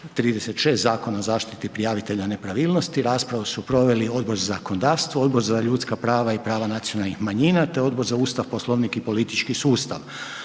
36. Zakona o zaštiti prijavitelja nepravilnosti. Raspravu su proveli Odbor za zakonodavstvo, Odbor za ljudska prava i prava nacionalnih manjina te Odbor za Ustav, Poslovnik i politički sustav.